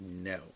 No